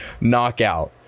Knockout